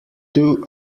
two